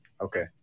Okay